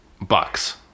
Bucks